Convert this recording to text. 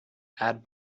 add